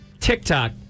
TikTok